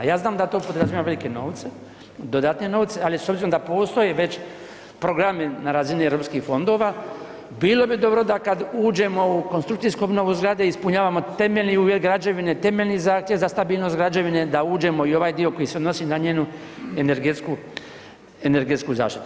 Ja znam da to podrazumijeva velike novce, dodatne novce, ali s obzirom da postoji već program na razini europskih fondova, bilo bi dobro da kada uđemo u konstrukcijsku obnovu zgrade ispunjavamo temeljni uvjet građevine, temeljni zahtjev za stabilnost građevine da uđemo i u ovoj dio koji se odnosi na njenu energetsku zaštitu.